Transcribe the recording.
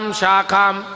shakam